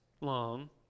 long